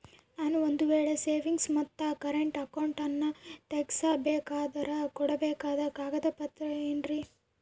ನಾನು ಒಂದು ವೇಳೆ ಸೇವಿಂಗ್ಸ್ ಮತ್ತ ಕರೆಂಟ್ ಅಕೌಂಟನ್ನ ತೆಗಿಸಬೇಕಂದರ ಕೊಡಬೇಕಾದ ಕಾಗದ ಪತ್ರ ಏನ್ರಿ?